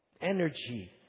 energy